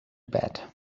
bed